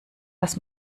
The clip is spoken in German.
was